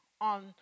On